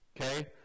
Okay